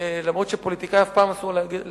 אף-על-פי שכפוליטיקאי אף פעם אסור לך להגיד על